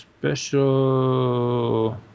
Special